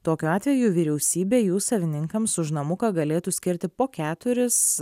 tokiu atveju vyriausybė jų savininkams už namuką galėtų skirti po keturis